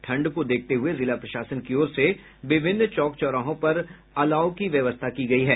ठंड को देखते हुये जिला प्रशासन की ओर से विभिन्न चौक चौराहों पर अलाव की व्यवस्था की गयी है